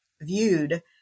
viewed